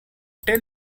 tell